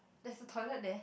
there's a toilet there